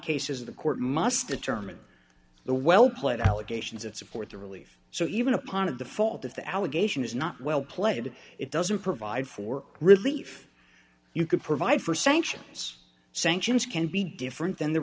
case is the court must determine the well played allegations that support the relief so even a part of the fault of the allegation is not well played it doesn't provide for relief you could provide for sanctions sanctions can be different than the